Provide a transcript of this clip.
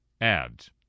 ads